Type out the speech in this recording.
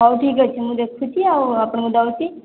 ହଉ ଠିକ୍ ଅଛି ମୁଁ ଦେଖୁଛି ଆଉ ଅପଣଙ୍କୁ ଦେଉଛି